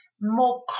more